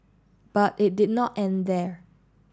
but it did not end there